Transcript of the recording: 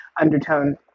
undertone